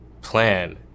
plan